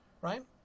right